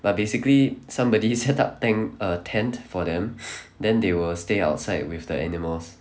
but basically somebody set up tent a tent for them then they will stay outside with the animals